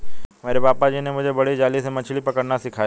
मेरे पापा जी ने मुझे बड़ी जाली से मछली पकड़ना सिखाया